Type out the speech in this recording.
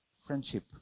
Friendship